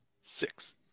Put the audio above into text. Six